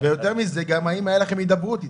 ויותר מזה, האם הייתה לכם הידברות איתם?